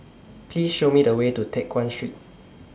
Please Show Me The Way to Teck Guan Street